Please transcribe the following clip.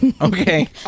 Okay